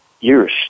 years